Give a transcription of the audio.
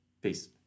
Peace